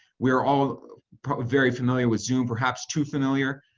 we are all very familiar with zoom, perhaps too familiar.